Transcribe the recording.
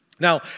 Now